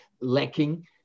lacking